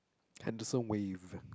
Henderson-Wave